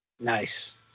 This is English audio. Nice